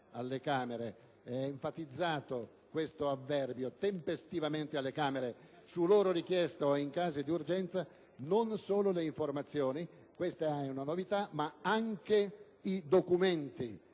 tempestivamente - è enfatizzato questo avverbio - alle Camere, su loro richiesta o in casi di urgenza, non solo le informazioni - questa è una novità - ma anche i documenti